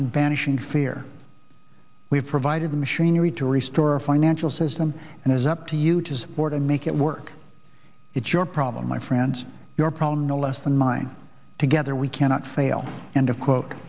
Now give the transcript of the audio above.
and banishing fear we have provided the machinery to restore a financial system and it is up to you to his word and make it work it's your problem my friends your problem no less than mine together we cannot fail and